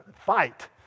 fight